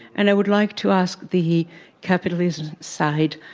and i would like to ask the capitalism side,